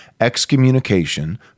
excommunication